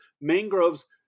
mangroves